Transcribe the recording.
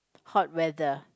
hot weather